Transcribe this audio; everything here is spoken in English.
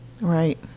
Right